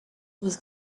was